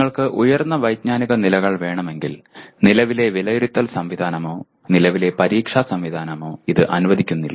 നിങ്ങൾക്ക് ഉയർന്ന വൈജ്ഞാനിക നിലകൾ വേണമെങ്കിൽ നിലവിലെ വിലയിരുത്തൽ സംവിധാനമോ നിലവിലെ പരീക്ഷാ സംവിധാനമോ ഇത് അനുവദിക്കുന്നില്ല